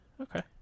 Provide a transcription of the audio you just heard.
okay